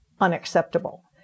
unacceptable